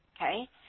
okay